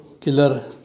killer